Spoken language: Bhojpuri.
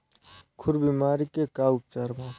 खुर बीमारी के का उपचार बा?